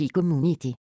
Community